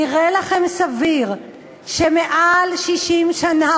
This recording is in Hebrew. נראה לכם סביר שמעל 60 שנה,